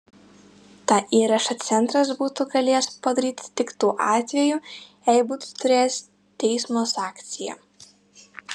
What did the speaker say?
tą įrašą centras būtų galėjęs padaryti tik tuo atveju jei būtų turėjęs teismo sankciją